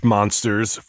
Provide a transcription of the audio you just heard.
Monsters